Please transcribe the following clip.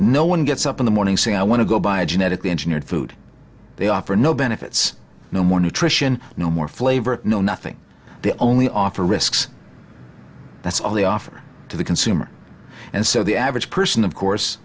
no one gets up in the morning saying i want to go buy a genetically engineered food they offer no benefits no more nutrition no more flavor no nothing they only offer risks that's all they offer to the consumer and so the average person of course